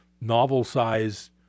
novel-size